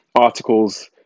Articles